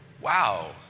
wow